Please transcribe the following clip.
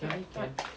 can can